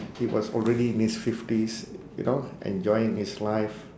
he was already in his fifties you know enjoying his life